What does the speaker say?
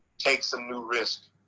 take some new risks.